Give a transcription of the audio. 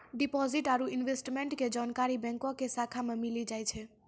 deposit आरू investment के जानकारी बैंको के शाखा मे मिली जाय छै